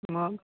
मग